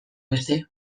beste